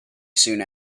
soon